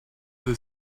the